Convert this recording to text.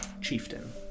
chieftain